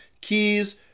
keys